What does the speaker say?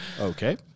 Okay